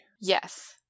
yes